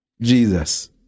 Jesus